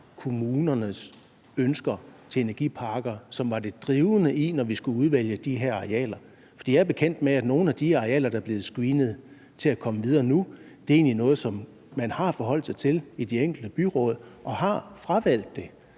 kommunernes ønsker til energiparker, som var det drivende, når vi skulle udvælge de her arealer. Jeg er bekendt med, at nogle af de arealer, der er blevet screenet til at komme videre nu, egentlig er nogle, som man har forholdt sig til i de enkelte byråd og man har fravalgt.